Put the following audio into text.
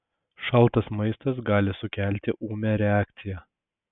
šaltas maistas gali sukelti ūmią reakciją